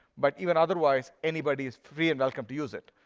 but even otherwise, anybody is free and welcome to use it.